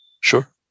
Sure